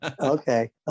Okay